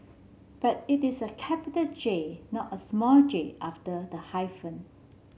but it is a capital J not a small j after the hyphen